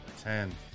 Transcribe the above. ten